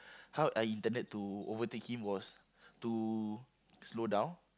how I intended to overtake him was to slow down